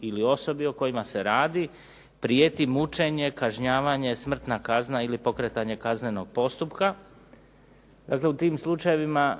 ili osobi o kojima se radi prijeti mučenje, kažnjavanje, smrtna kazna ili pokretanje kaznenog postupka. Dakle, u tim slučajevima